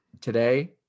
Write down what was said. today